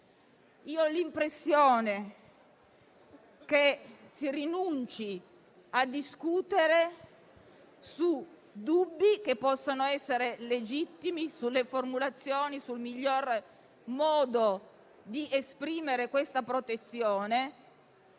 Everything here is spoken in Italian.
Ho l'impressione che si rinunci a discutere su dubbi che possono essere legittimi, sulle formulazioni e sul miglior modo di esprimere questa protezione.